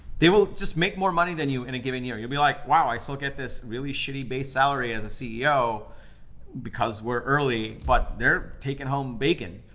they will just make more money than you in a given year. you'll be like, wow, i still get this really shitty base salary as a ceo because we're early, but they're taking home bacon.